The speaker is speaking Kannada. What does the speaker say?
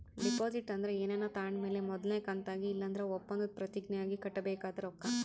ಡೆಪಾಸಿಟ್ ಅಂದ್ರ ಏನಾನ ತಾಂಡ್ ಮೇಲೆ ಮೊದಲ್ನೇ ಕಂತಾಗಿ ಇಲ್ಲಂದ್ರ ಒಪ್ಪಂದುದ್ ಪ್ರತಿಜ್ಞೆ ಆಗಿ ಕಟ್ಟಬೇಕಾದ ರೊಕ್ಕ